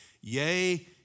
yea